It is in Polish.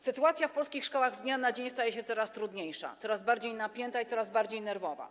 Sytuacja w polskich szkołach z dnia na dzień staje się coraz trudniejsza, coraz bardziej napięta i coraz bardziej nerwowa.